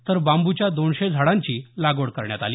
तर बांबूच्या दोनशे झाडांची लागवड करण्यात आली